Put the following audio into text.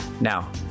Now